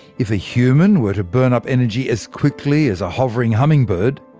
if a human were to burn up energy as quickly as a hovering hummingbird,